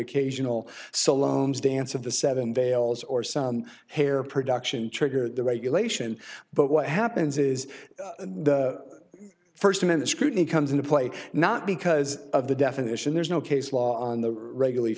occasional salome's dance of the seven veils or some hair production trigger the regulation but what happens is the first minute scrutiny comes into play not because of the definition there's no case law on the regularly